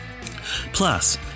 Plus